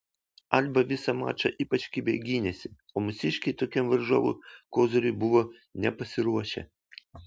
alba visą mačą ypač kibiai gynėsi o mūsiškiai tokiam varžovų koziriui buvo nepasiruošę